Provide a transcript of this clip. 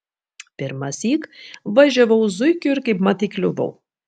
pirmąsyk važiavau zuikiu ir kaipmat įkliuvau